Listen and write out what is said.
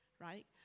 right